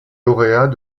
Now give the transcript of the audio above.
lauréat